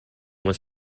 was